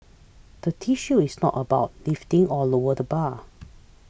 the issue is not about lifting or lower the bar